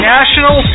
National